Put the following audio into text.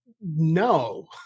no